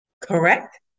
Correct